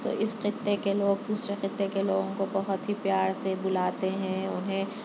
تو اِس خطّے کے لوگ دوسرے خطّے کے لوگوں کو بہت ہی پیار سے بلاتے ہیں انہیں